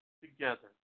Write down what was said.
together